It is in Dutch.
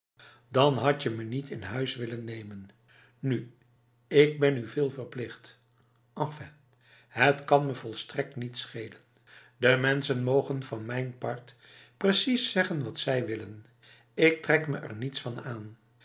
dan had je me niet in huis willen hebben nu ik ben u veel verplicht enfin het kan me volstrekt niet schelen de mensen mogen voor mijn part precies zeggen wat zij willen ik trek me er niets van aan